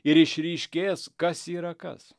ir išryškės kas yra kas